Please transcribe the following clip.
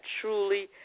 truly